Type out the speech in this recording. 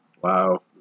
Wow